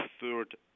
third